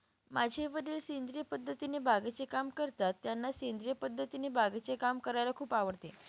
माझे वडील सेंद्रिय पद्धतीने बागेचे काम करतात, त्यांना सेंद्रिय पद्धतीने बागेचे काम करायला खूप आवडते